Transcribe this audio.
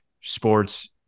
sports